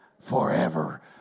Forever